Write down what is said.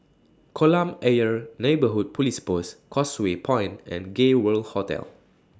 Kolam Ayer Neighbourhood Police Post Causeway Point and Gay World Hotel